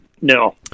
No